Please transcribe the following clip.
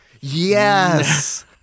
Yes